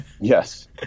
Yes